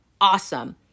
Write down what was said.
Awesome